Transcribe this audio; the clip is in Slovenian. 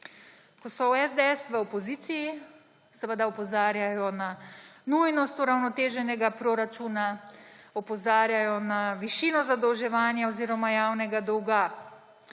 Ko so v SDS v opoziciji, seveda opozarjajo na nujnost uravnoteženega proračuna, opozarjajo na višino zadolževanja oziroma javnega dolga.